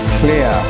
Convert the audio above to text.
clear